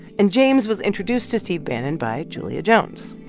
and james was introduced to steve bannon by julia jones.